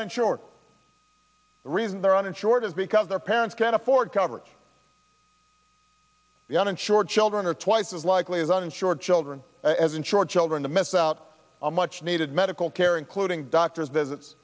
uninsured reason they're uninsured is because their parents can't afford coverage the uninsured children are twice as likely as uninsured children as in short children to miss out on much needed medical care including doctor's visits